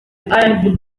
cyane